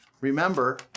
remember